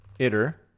iter